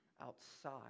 Outside